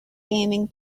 gaming